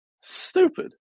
Stupid